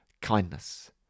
kindness